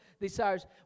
desires